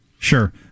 Sure